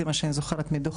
זה מה שאני זוכרת מהדוחות,